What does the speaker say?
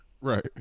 Right